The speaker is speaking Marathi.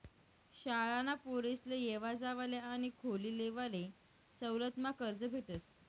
शाळाना पोरेसले येवा जावाले आणि खोली लेवाले सवलतमा कर्ज भेटस